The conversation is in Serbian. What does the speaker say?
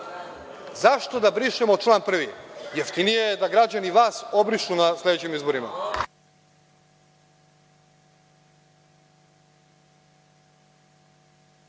Zašto da brišemo 1. član? Jeftinije je da građani vas obrišu na sledećim izborima.